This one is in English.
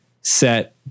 set